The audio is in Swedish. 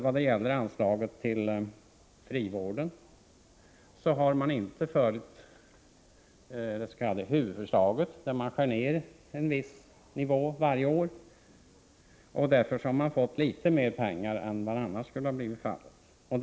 Vad gäller anslaget till frivården säger Lisa Mattson att man inte följt det s.k. huvudförslaget med vissa nedskärningar varje år, och att man därför har fått litet mer pengar än vad som annars skulle ha blivit fallet.